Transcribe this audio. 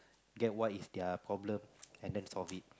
get what is their problem and then solve it